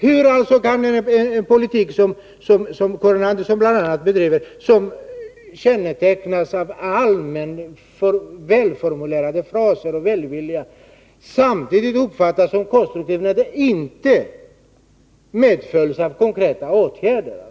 Hur kan den politik som Karin Andersson bedriver och som kännetecknas av allmänt välformulerade fraser och allmän välvilja betraktas som konstruktiv när den inte åtföljs av konkreta åtgärder?